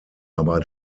aber